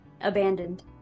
Abandoned